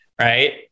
right